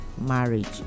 marriage